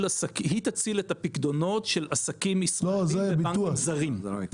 את הפקדונות של עסקים ישראליים בבנקים זרים.